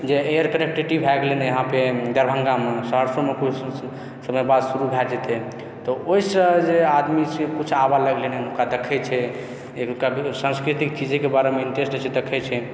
जे air connectivity भऽ गेलनि इहाँपे दरभंगोमे सहरसोमे किछु समय बाद शुरु भए जेतै तऽ ओहिसँ जे आदमी छै किछु आबऽ लगलै हुनका देखै छै हिनकर सांस्कृतिक चीजके बारेमे इंटरेस्ट होइत छै देखैत छै